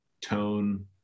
tone